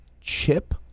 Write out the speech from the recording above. chip